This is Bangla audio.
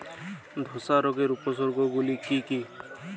ধসা রোগের উপসর্গগুলি কি কি?